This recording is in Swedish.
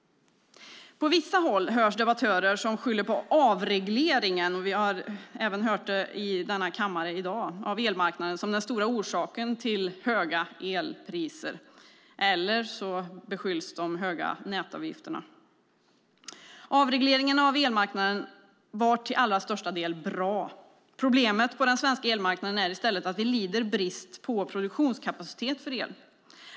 På vissa håll hör vi debattörer som skyller på avregleringen av elmarknaden, och vi har även hört det i denna kammare i dag, som den stora orsaken till höga elpriser eller så skyller man på de höga nätavgifterna. Avregleringen av elmarknaden var till allra största delen bra. Problemet på den svenska elmarknaden är i stället att vi lider brist på produktionskapacitet för el.